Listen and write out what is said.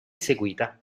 seguita